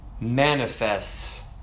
manifests